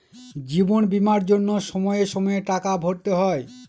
জীবন বীমার জন্য সময়ে সময়ে টাকা ভরতে হয়